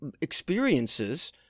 experiences